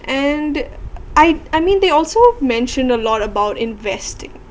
and I I mean they also mentioned a lot about investing